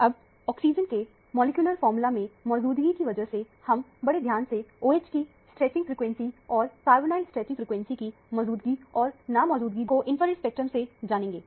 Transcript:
अब ऑक्सीजन के molecular formula मैं मौजूदगी की वजह से हम बड़े ध्यान से OH की स्ट्रेचिंग फ्रीक्वेंसी और कार्बोनाइल स्ट्रेचिंग फ्रीक्वेंसी की मौजूदगी और ना मौजूद भी को इंफ्रारेड स्पेक्ट्रम से जानेंगे